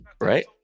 Right